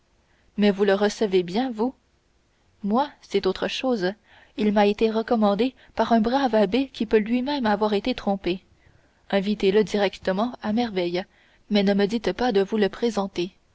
mais vous le recevez bien vous moi c'est autre chose il m'a été recommandé par un brave abbé qui peut lui-même avoir été trompé invitez le directement à merveille mais ne me dites pas de vous le présenter